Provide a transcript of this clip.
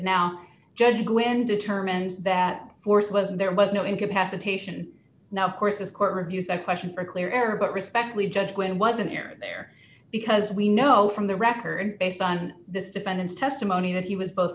now judge when determined that force was and there was no incapacitation now of course this court reviews that question for clear air but respectfully judge when wasn't there there because we know from the record based on this defendant's testimony that he was both